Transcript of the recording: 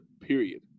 period